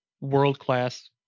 world-class